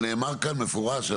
נאמר כאן מפורש.